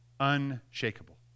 unshakable